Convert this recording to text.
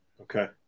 Okay